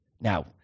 Now